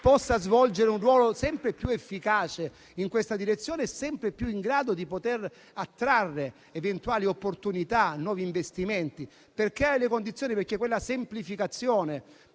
possa svolgere un ruolo sempre più efficace in questa direzione e sempre più in grado di attrarre eventuali opportunità e nuovi investimenti. Tutto ciò ha il fine di creare le condizioni perché quella semplificazione